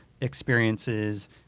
experiences